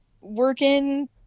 working